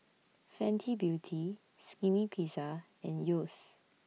Fenty Beauty Skinny Pizza and Yeo's